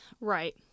Right